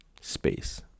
space